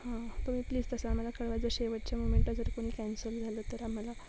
हां तुम्ही प्लीज तसं आम्हाला कळवा जर शेवटच्या मुमेंट आ जर कोणी कॅन्सल झालं तर आम्हाला